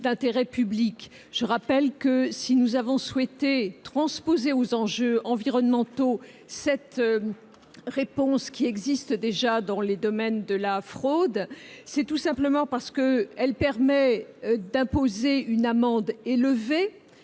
le rappelle, si nous avons souhaité transposer aux enjeux environnementaux cette réponse qui existe déjà en matière de fraude, c'est tout simplement parce qu'elle permet d'imposer une amende élevée,